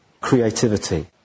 creativity